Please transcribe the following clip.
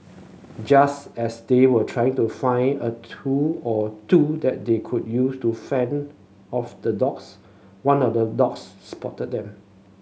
just as they were trying to find a tool or two that they could use to fend off the dogs one of the dogs spotted them